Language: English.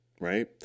right